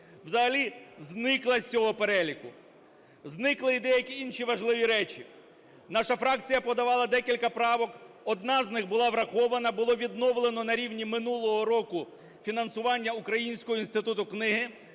взагалі зникла з цього переліку. Зникли і деякі інші важливі речі. Наша фракція подавала декілька правок. Одна з них була врахована, було відновлено на рівні минулого року фінансування Українського інституту книги.